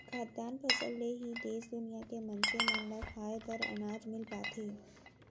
खाद्यान फसल ले ही देस दुनिया के मनसे मन ल खाए बर अनाज मिल पाथे